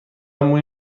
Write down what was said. موی